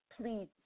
please